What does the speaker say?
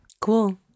Cool